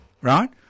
right